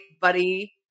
buddy